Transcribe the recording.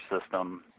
system